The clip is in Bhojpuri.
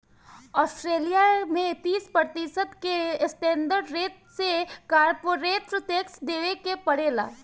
ऑस्ट्रेलिया में तीस प्रतिशत के स्टैंडर्ड रेट से कॉरपोरेट टैक्स देबे के पड़ेला